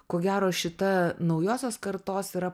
ko gero šita naujosios kartos yra